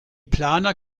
planer